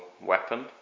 weapon